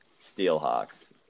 Steelhawks